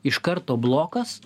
iš karto blokas